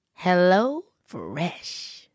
HelloFresh